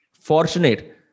fortunate